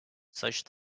such